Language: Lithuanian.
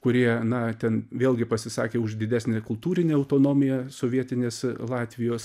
kurie ana ten vėlgi pasisakė už didesnę kultūrinę autonomiją sovietinės latvijos